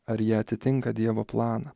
ar jie atitinka dievo planą